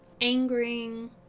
angering